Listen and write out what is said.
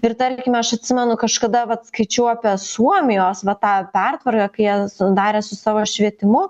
ir tarkime aš atsimenu kažkada vat skaičiau apie suomijos va tą pertvarą kai jie darė su savo švietimu